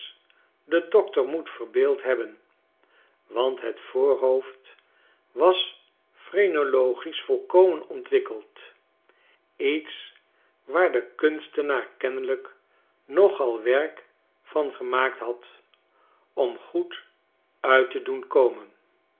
den dokter moet verbeeld hebben want het voorhoofd was phrenologisch volkomen ontwikkeld iets waar de kunstenaarkennelijk nogal werk van gemaakt had om goed uit te doen komen